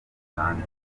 hanze